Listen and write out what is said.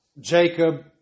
Jacob